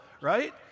right